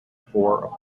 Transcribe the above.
four